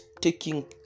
taking